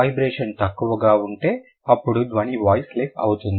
vibration తక్కువగా ఉంటే అప్పుడు ధ్వని వాయిస్ లెస్ అవుతుంది